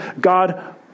God